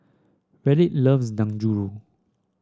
Reid loves Dangojiru